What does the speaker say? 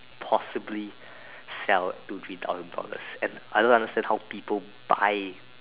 possibly sell two three thousands dollars and I don't understand how people buy